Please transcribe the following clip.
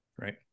Right